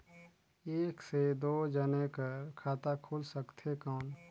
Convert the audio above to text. एक से दो जने कर खाता खुल सकथे कौन?